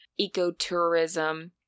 ecotourism